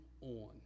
on